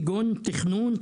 כגון תכנון,